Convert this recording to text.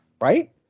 Right